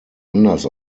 anders